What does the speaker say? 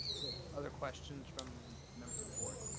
other questions from members of the board?